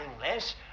less